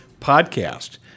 podcast